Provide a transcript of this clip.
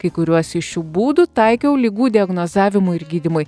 kai kuriuos iš šių būdų taikiau ligų diagnozavimui ir gydymui